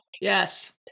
Yes